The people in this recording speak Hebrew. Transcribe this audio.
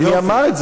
אבל מי אמר את זה?